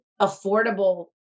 affordable